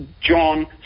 John